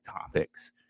topics